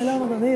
שלום, אדוני.